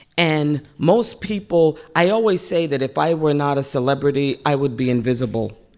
and most people i always say that if i were not a celebrity, i would be invisible.